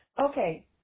okay